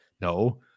No